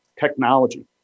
technology